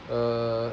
uh